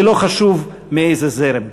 ולא חשוב מאיזה זרם.